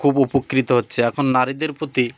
খুব উপকৃত হচ্ছে এখন নারীদের প্রতি